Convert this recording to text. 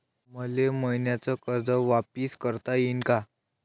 मले मईन्याचं कर्ज वापिस करता येईन का?